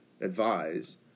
advise